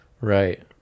Right